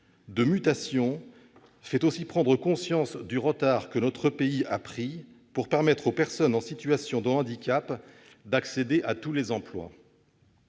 de mutation, fait aussi prendre conscience du retard que notre pays a pris pour permettre aux personnes en situation de handicap d'accéder à tous les emplois.